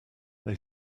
they